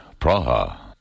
Praha